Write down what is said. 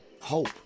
hope